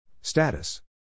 Status